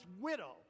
widow